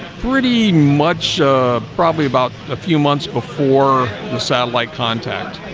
pretty much probably about a few months before the satellite contact.